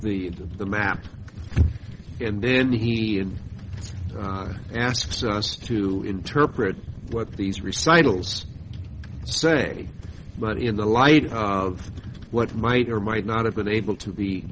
of the map and then he asks us to interpret what these recycles say but in the light of what might or might not have been able to be